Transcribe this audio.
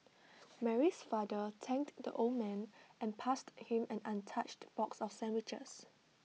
Mary's father thanked the old man and passed him an untouched box of sandwiches